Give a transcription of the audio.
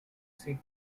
seat